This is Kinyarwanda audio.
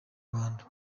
rwanda